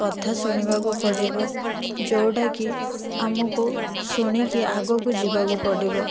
କଥା ଶୁଣିବାକୁ ପଡ଼ିବ ଯେଉଁଟାକି ଆମକୁ ଶୁଣିକି ଆଗକୁ ଯିବାକୁ ପଡ଼ିବ